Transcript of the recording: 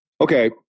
Okay